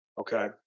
Okay